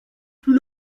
plus